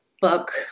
book